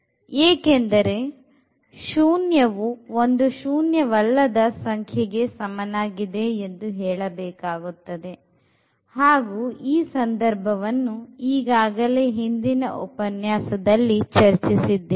ಏಕೆಂದರೆ ಶೂನ್ಯವು ಒಂದು ಶೂನ್ಯವಲ್ಲದ ಸಂಖ್ಯೆಗೆ ಸಮವಾಗಿದೆ ಎಂದು ಹೇಳಬೇಕಾಗುತ್ತದೆ ಹಾಗು ಈ ಸಂದರ್ಭವನ್ನು ಈಗಾಗಲೇ ಹಿಂದಿನ ಉಪನ್ಯಾಸದಲ್ಲಿ ಚರ್ಚಿಸಿದ್ದೇವೆ